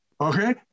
okay